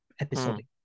episodic